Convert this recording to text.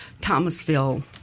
Thomasville